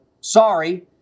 sorry